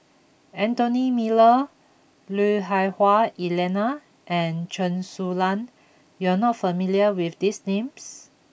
Anthony Miller Lui Hah Wah Elena and Chen Su Lan you are not familiar with these names